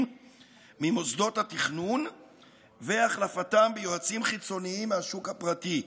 ממוסדות התכנון והחלפתם ביועצים חיצוניים מהשוק הפרטי.